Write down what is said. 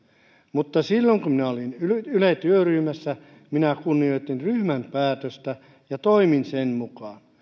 mutta silloin kun minä olin yle työryhmässä minä kunnioitin ryhmän päätöstä ja toimin sen mukaan